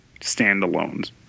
standalones